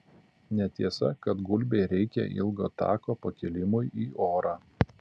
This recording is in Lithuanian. netiesa kad gulbei reikia ilgo tako pakilimui į orą